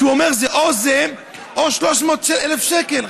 כי הוא אומר: או זה או 300,000 שקל.